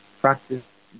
practice